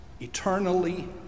eternally